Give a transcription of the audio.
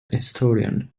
historian